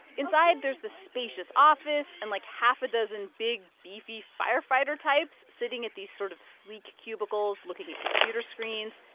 inside, there's this spacious office and, like, half a dozen big, beefy firefighter types sitting at these sort of sleek cubicles looking at computer screens.